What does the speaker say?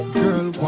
girl